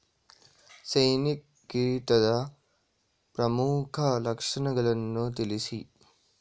ಸೈನಿಕ ಕೀಟದ ಪ್ರಮುಖ ಲಕ್ಷಣಗಳನ್ನು ತಿಳಿಸಿ?